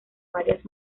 varias